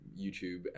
YouTube